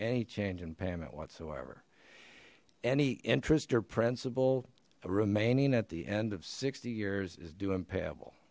any change in payment whatsoever any interest or principle remaining at the end of sixty years is doing payable